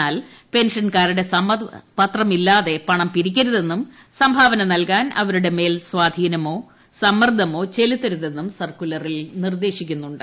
എന്നാൽ പെൻഷൻകാരുടെ സമ്മതപത്രമില്ലാതെ പണം പിരിക്കരുതെന്നും സംഭാവന നൽകാൻ ഇവരുടെമേൽ സ്വാധീനമോ സമ്മർദ്ദമോ ചെലുത്തരുതെന്നും സർക്കുലർ നിർദേശിക്കുന്നുണ്ട്